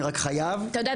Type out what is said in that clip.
אני רק חייב --- אתה יודע,